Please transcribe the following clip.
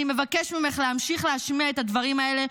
אני מבקש ממך להמשיך להשמיע את הדברים האלה,